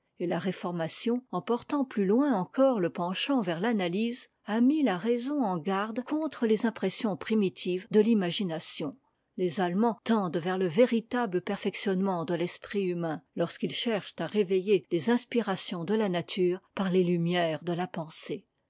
et la réformation en portant plus loin encore le penchant vers l'analyse a mis la raison en garde contre les impressions primitives de l'imagination les allemands tendent vers le véritable perfectionnement de l'esprit humain lorsqu'ils cherchent à réveiller les inspirations de la nature par les lumières de la pensée